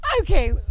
Okay